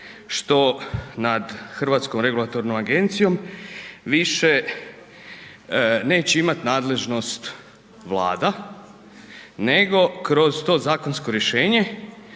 što nad HERA-om više neće imati nadležnost Vlada nego kroz to zakonsko rješenje